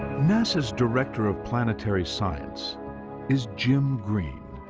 nasa's director of planetary science is jim green.